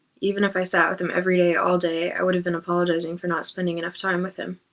even if i sat with him every day, all day i would have been apologizing for not spending enough time with him.